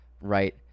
right